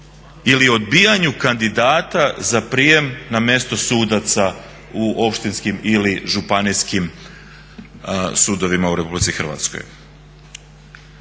ili odbijanju kandidata za prijem na mjesto sudova u općinskim ili županijskim sudovima u RH. Recimo Državno